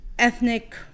Ethnic